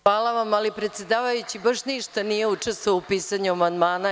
Hvala vam, ali predsedavajući baš ništa nije učestvovao u pisanju amandmana.